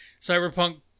Cyberpunk